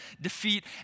defeat